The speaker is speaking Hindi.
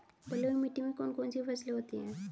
बलुई मिट्टी में कौन कौन सी फसलें होती हैं?